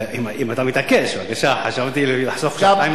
אם אתה מתעקש, בבקשה, חשבתי לחסוך שעתיים לכנסת.